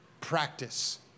practice